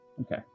Okay